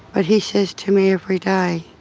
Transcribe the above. but he says to me every day,